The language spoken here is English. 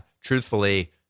truthfully